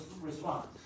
response